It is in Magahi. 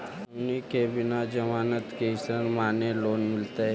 हमनी के बिना जमानत के ऋण माने लोन मिलतई?